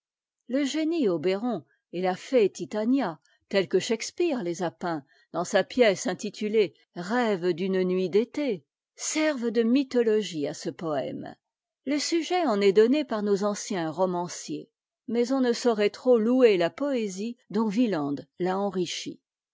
le génie obéron et la fée titania tels que shakspeare les a peints dans sa pièce intitulée rêve cfune nuit d'été servent de mythologie à ce poëme le sujet en est donné par nos anciens romanciers mais on ne saurait trop louer la poésie dont wieland l'a enrichi